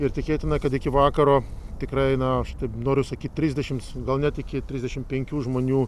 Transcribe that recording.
ir tikėtina kad iki vakaro tikrai na aš taip noriu sakyt trisdešims gal net iki trisdešimt penkių žmonių